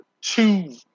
two